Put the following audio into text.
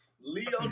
Leo